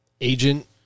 agent